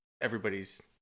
everybody's